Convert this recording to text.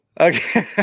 Okay